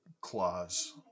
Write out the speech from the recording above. clause